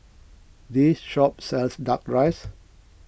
this shop sells Duck Rice